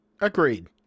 Agreed